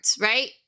right